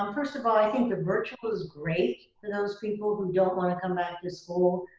um first of all, i think the virtual is great for those people who don't want to come back to school,